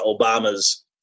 Obama's